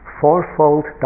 fourfold